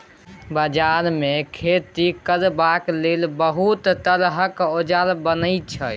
बजार मे खेती करबाक लेल बहुत तरहक औजार बनई छै